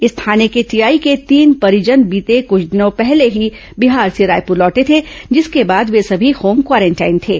इस थाने के टीआई के तीन परिजन बीते कुछ दिनों पहले ही विंहार से रायपुर लौटे थे जिसके बाद वे सभी होम क्वारेंटाइन थे